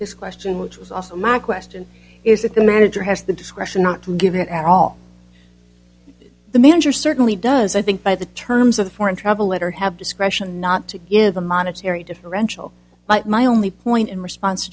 this question which was also my question is that the manager has the discretion not to give it at all the manager certainly does i think by the terms of the foreign travel letter have discretion not to give a monetary differential but my only point in response